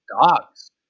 dogs